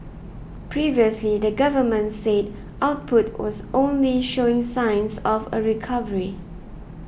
previously the government said output was only showing signs of a recovery